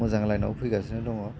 मोजां लाइनआव फैगासिनो दंङ